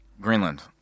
Greenland